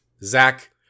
Zach